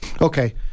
Okay